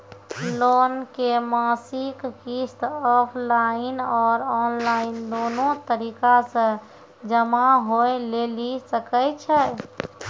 Loan के मासिक किस्त ऑफलाइन और ऑनलाइन दोनो तरीका से जमा होय लेली सकै छै?